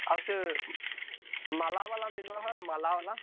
ଆଉ ସେ ମାଲାବାଲା ମିଲ୍ବ ହେ ମାଲାବାଲା